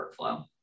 workflow